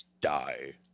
die